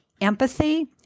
empathy